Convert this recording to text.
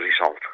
result